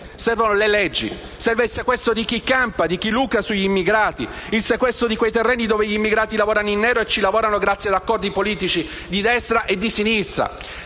Servono le leggi; serve il sequestro di chi ci campa, di chi lucra sugli immigrati, il sequestro di quei terreni dove gli immigrati lavorano in nero e ci lavorano grazie ad accordi politici di destra e di sinistra.